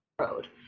road